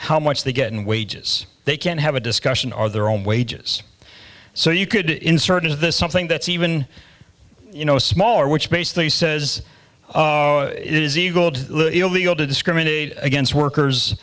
how much they get in wages they can't have a discussion or their own wages so you could insert is this something that's even you know smaller which basically says it is either old illegal to discriminate against workers